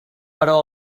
però